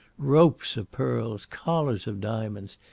ropes of pearls, collars of diamonds,